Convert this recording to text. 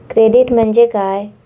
Credit म्हणजे काय?